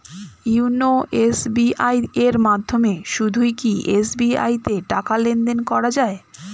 YONO SBI এর মাধ্যমে শুধুই কি এস.বি.আই তে টাকা লেনদেন করা যায়?